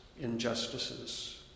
injustices